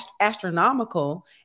astronomical